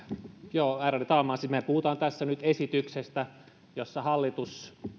ärade talman siis mehän puhumme tässä nyt esityksestä jossa hallitus